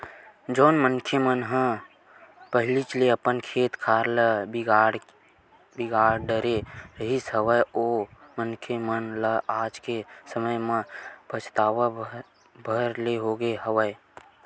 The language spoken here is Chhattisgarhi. जउन मनखे मन ह पहिलीच ले अपन खेत खार ल बिगाड़ डरे रिहिस हवय ओ मनखे मन ल आज के समे म पछतावत भर ले होगे हवय